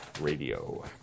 radio